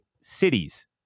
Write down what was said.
cities